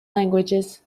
languages